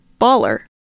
baller